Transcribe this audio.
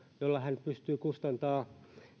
jolla hän pystyy kustantamaan